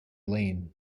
lane